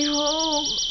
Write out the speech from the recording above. home